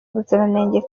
ubuziranenge